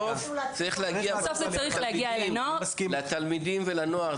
זה בסוף צריך להגיע לתלמידים, לנוער.